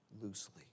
loosely